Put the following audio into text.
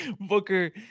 Booker